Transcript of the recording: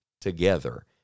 together